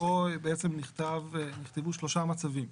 פה בעצם נכתבו שלושה מצבים.